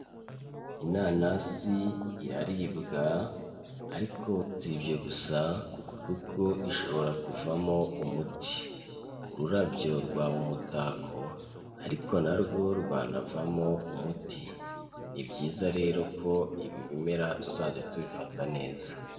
Inanasi iraribwa ariko si ibyo gusa kuko ishobora kuvamo umuti. Ururabyo rwaba umutako ariko na rwo rwanavamo umuti. Ni byiza rero ko ibi bimera tuzajya tubifata neza.